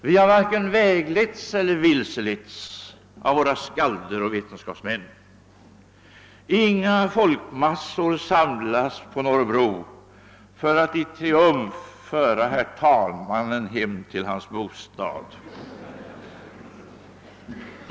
Vi har varken vägletts eller vilseletts av våra skalder och vetenskapsmän. Inga folkmassor samlas på Norrbro för att i triumf föra herr talmannen hem till hans bostad.